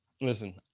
listen